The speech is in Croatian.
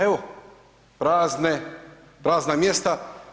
Evo, prazne, prazna mjesta.